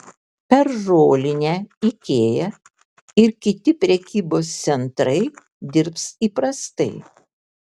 per žolinę ikea ir kiti prekybos centrai dirbs įprastai